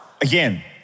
Again